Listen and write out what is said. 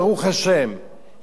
היא מדינה של שפע.